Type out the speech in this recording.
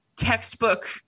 textbook